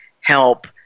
help